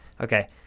Okay